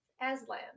Aslan